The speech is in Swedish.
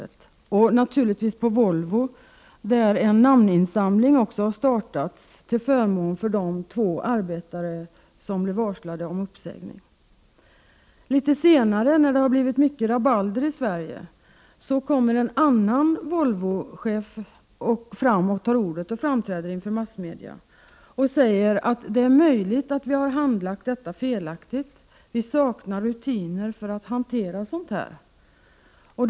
Det har naturligtvis upprört många på Volvo, där en namninsamling också har startats till förmån för de två arbetarna som blev varslade om uppsägning. Litet senare, när det blivit mycket rabalder om detta i Sverige, framträder en annan Volvochef inför massmedia och säger: Det är möjligt att vi har handlagt detta felaktigt. Vi saknar rutiner för att hantera sådana här saker.